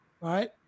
right